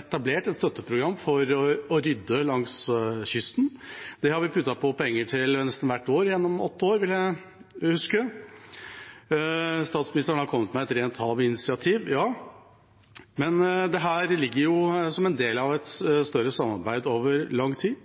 etablert et støtteprogram for å rydde langs kysten. Det har vi puttet på penger til nesten hvert år gjennom åtte år, vil jeg huske. Statsministeren har kommet med et Rent hav-initiativ. Dette ligger som en del av et større samarbeid over lang tid.